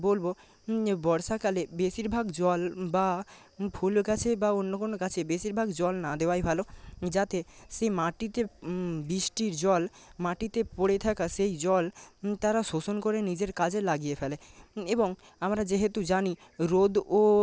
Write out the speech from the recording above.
বলবো বর্ষাকালে বেশিরভাগ জল বা ফুল গাছে বা অন্য কোনো গাছে বেশিরভাগ জল না দেওয়াই ভালো যাতে সেই মাটি তে বৃষ্টির জল মাটিতে পড়ে থাকা সেই জল তারা শোষণ করে নিজের কাজে লাগিয়ে ফেলে এবং আমরা যেহেতু জানি রোদ ও